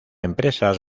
empresas